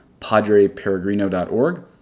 PadrePeregrino.org